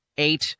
Eight